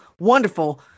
wonderful